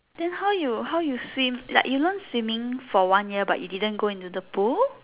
then how you how you swim like you learn swimming for one year but you didn't go in the pool